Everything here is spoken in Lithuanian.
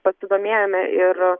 pasidomėjome ir